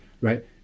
right